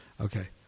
Okay